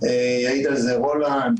ויעיד על זה רולנד,